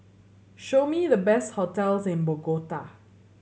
show me the best hotels in Bogota